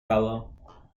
fellow